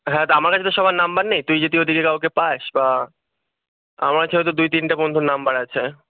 হ্যাঁ তা আমার কাছে তো সবার নাম্বার নেই তুই যদি ওদিকে যদি কাউকে পাস বা আমার কাছে হয়তো দুই তিনটা বন্ধুর নাম্বার আছে